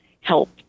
help